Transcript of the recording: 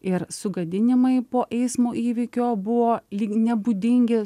ir sugadinimai po eismo įvykio buvo lyg nebūdingi